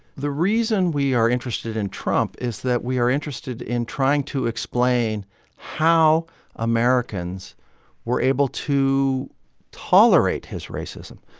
the reason we are interested in trump is that we are interested in trying to explain how americans were able to tolerate his racism.